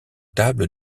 tables